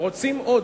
רוצים עוד.